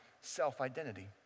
self-identity